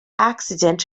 accident